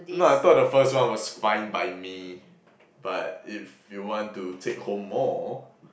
no I thought the first one was fine by me but if you want to take home more